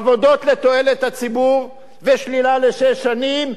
עבודות לתועלת הציבור ושלילה לשש שנים.